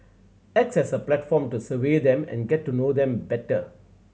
acts as a platform to survey them and get to know them better